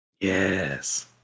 Yes